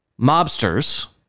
mobsters